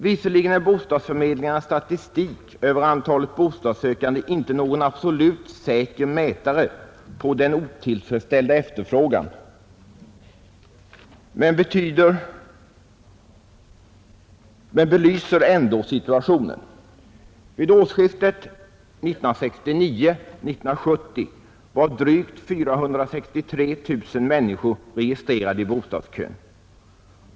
Visserligen är bostadsförmedlingarnas statistik över antalet bostadssökande inte någon absolut säker mätare på den otillfredsställda efterfrågan, men siffrorna belyser ändå situationen, Vid årsskiftet 1969—1970 var drygt 463 000 människor registrerade i bostadskön.